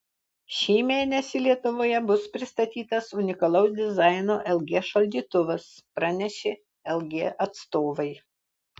šį mėnesį lietuvoje bus pristatytas unikalaus dizaino lg šaldytuvas pranešė lg atstovai